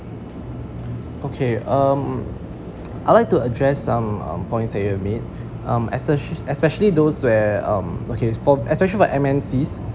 okay um I'd like to address um the points you have made um especial~ especially those where um okay especially for M_N_Cs